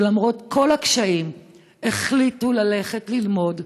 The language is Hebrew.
שלמרות כל הקשיים החליטו ללכת ללמוד,